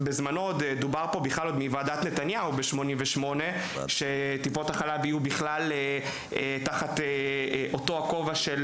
בזמנו דובר על כך שטיפות החלב יהיו תחת הכובע של